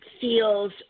feels